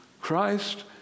Christ